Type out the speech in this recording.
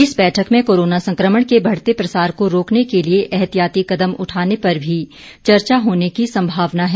इस बैठक में कोरोना संकमण के बढ़ते प्रसार को रोकने के लिए एहतियाती कदम उठाने पर भी चर्चा होने की संभावना है